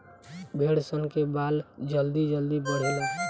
भेड़ सन के बाल जल्दी जल्दी बढ़ेला